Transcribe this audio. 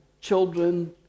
children